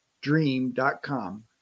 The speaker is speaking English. dream.com